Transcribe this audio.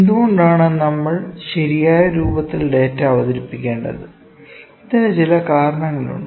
എന്തുകൊണ്ടാണ് നമ്മൾ ശരിയായ രൂപത്തിൽ ഡാറ്റ അവതരിപ്പിക്കേണ്ടത് ഇതിന് ചില കാരണങ്ങളുണ്ട്